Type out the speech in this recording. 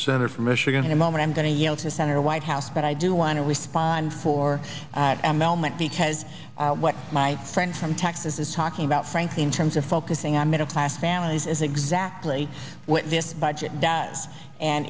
senator from michigan in a moment i'm going to yield to senator whitehouse but i do want to respond for a moment because what my friend from texas is talking about frankly in terms of focusing on middle class families is exactly what this budget does and